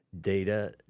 data